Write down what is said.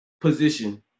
position